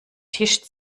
tisch